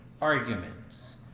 arguments